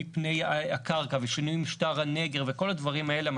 פני הקרקע ושינוי משטר הנגר וכל הדברים האלה,